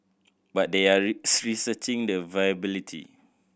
but they are researching the viability